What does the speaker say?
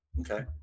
okay